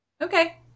Okay